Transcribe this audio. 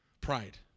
Pride